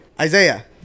Isaiah